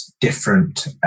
different